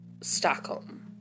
stockholm